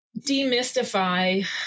demystify